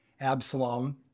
Absalom